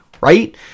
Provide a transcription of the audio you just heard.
right